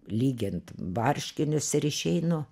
lygint marškinius ir išeinu